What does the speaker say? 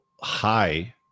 high